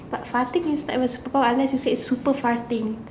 but farting is like unless you said it's super farting